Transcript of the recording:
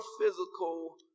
physical